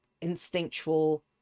instinctual